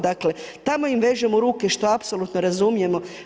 Dakle tamo im vežemo ruke što apsolutno razumijemo.